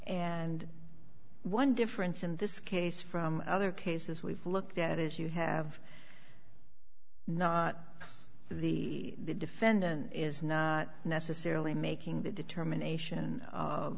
and one difference in this case from other cases we've looked at is you have not the defendant is not necessarily making the determination